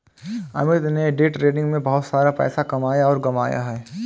अमित ने day trading में बहुत सारा पैसा कमाया और गंवाया है